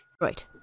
Right